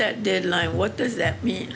that deadline what does that mean